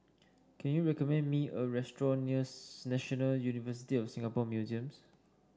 can you recommend me a restaurant near National University of Singapore Museums